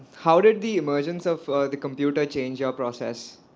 how did the emergence of the computer change your process?